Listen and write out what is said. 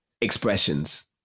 expressions